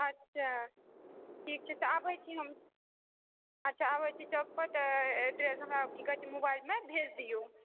अच्छा ठीक छै तऽ आबैत छी हम अच्छा आबैत छी चौकपर तऽ एड्रेस हमरा की कहैत छै मोबाइलमे भेज दियौ